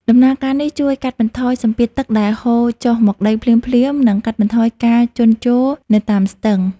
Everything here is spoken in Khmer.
ដំណើរការនេះជួយកាត់បន្ថយសម្ពាធទឹកដែលហូរចុះមកដីភ្លាមៗ និង កាត់បន្ថយការជន់ជោរនៅតាមស្ទឹង។